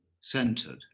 centered